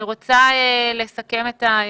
אני רוצה לסכם את הדיון.